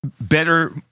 better